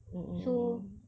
mmhmm mm